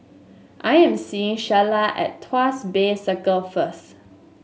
I am seeing Shayla at Tuas Bay Circle first